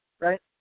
right